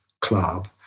club